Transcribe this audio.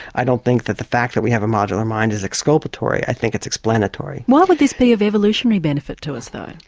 i don't think the fact that we have a modular mind is exculpatory, i think it's explanatory. why would this be of evolutionary benefit to us though?